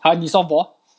!huh! 你 softball